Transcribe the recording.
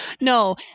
No